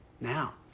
Now